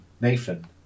Nathan